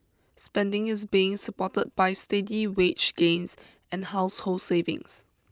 spending is being supported by steady wage gains and household savings